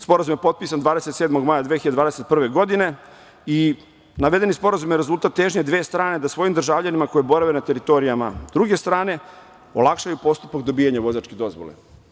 Sporazum je potpisan 27. maja 2021. godine i navedeni sporazum je rezultat težnje dve strane da svojim državljanima koji borave na teritorijama druge strane, olakšaju postupak dobijanja vozačke dozvole.